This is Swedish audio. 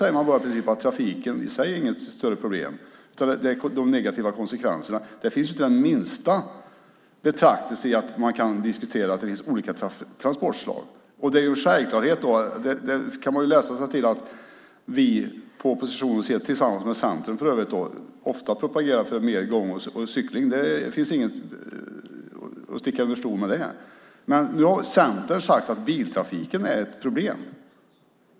Där framgår det att trafiken i sig är inget större problem utan det är de negativa konsekvenserna. Där finns inte den minsta betraktelse över att det finns olika transportslag. Det går att läsa sig till att vi från oppositionen, tillsammans med för övrigt Centern, ofta propagerar för mer gång och cykling. Där finns inget att sticka under stol med. Nu har Centern sagt att biltrafiken är ett problem.